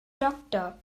doktor